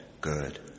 good